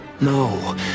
No